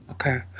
Okay